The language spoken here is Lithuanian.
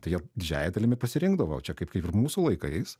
tai jie didžiąja dalimi pasirinkdavo čia kaip kaip ir mūsų laikais